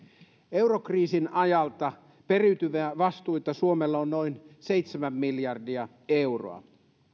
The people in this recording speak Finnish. eurokriisin ajalta periytyviä vastuita suomella on noin seitsemän miljardia euroa